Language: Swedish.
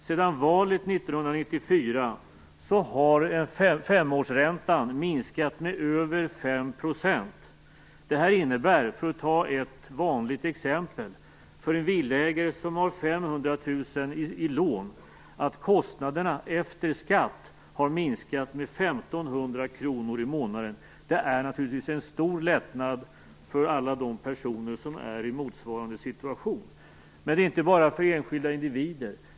Sedan valet 1994 har femårsräntan minskat med över 5 %. Detta innebär för en villaägare som har 500 000 kr i lån, för att ta ett vanligt exempel, att kostnaderna efter skatt har minskat med 1 500 kr i månaden. Det är naturligtvis en stor lättnad för alla personer i motsvarande situation. Men det gäller inte bara för enskilda individer.